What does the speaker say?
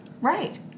Right